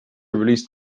released